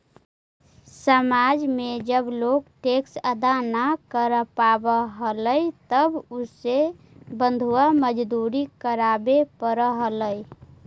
समाज में जब लोग टैक्स अदा न कर पावा हलाई तब उसे बंधुआ मजदूरी करवावे पड़ा हलाई